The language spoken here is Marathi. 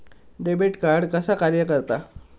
डेबिट कार्ड कसा कार्य करता?